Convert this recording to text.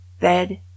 Bed